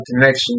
connection